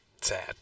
sad